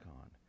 on